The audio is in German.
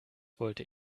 wollte